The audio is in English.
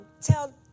tell